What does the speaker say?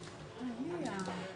כפי שאמרתי, יש גם הוראת מעבר,